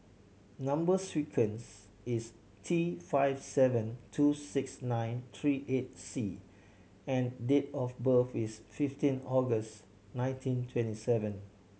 number sequence is T five seven two six nine three eight C and date of birth is fifteen August nineteen twenty seven